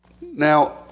Now